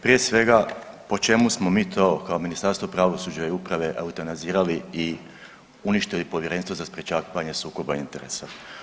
Prije svega po čemu smo mi to kao Ministarstvo pravosuđa i uprave eutanazirali i uništili Povjerenstvo za sprječavanje sukoba interesa.